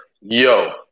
yo